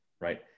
right